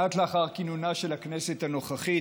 מעט לאחר כינונה של הכנסת הנוכחית,